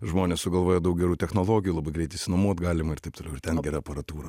žmonės sugalvoja daug gerų technologijų labai greit išsinuomot galima ir taip toliau ir ten gera aparatūra